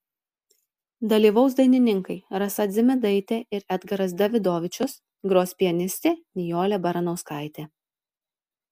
dalyvaus dainininkai rasa dzimidaitė ir edgaras davidovičius gros pianistė nijolė baranauskaitė